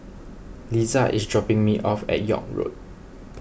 Liza is dropping me off at York Road